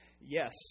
Yes